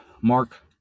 mark